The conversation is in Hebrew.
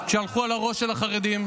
כשהלכו על הראש של החרדים.